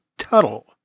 Tuttle